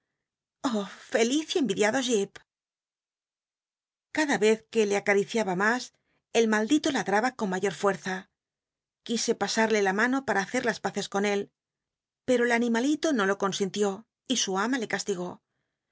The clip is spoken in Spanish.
ji p cada ez que le acaticiaba mas el ma ldito ladraba con mayor fuerza quise pasarle la mano para hacer las paces con él pcro el biblioteca nacional de españa da vid copperfield animal ito no lo consintió y su ama le castigó le